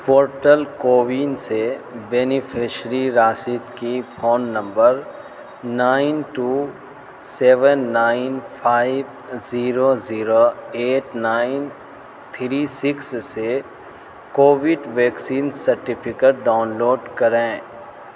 portal CoWIN سے beneficiary Rashid کی phone number nine two seven nine five zero zero eight nine three six سے COVID vaccine certificate download کریں